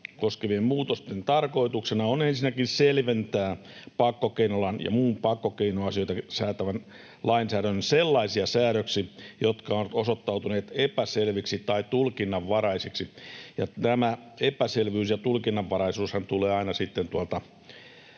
koskevien muutosten tarkoituksena on ensinnäkin selventää pakkokeinolain ja muun pakkokeinoasioita säätävän lainsäädännön sellaisia säädöksiä, jotka ovat osoittautuneet epäselviksi tai tulkinnanvaraisiksi, ja tämä epäselvyys ja tulkinnanvaraisuushan tulee aina sitten tuolta